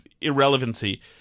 irrelevancy